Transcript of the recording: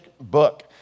book